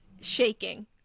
shaking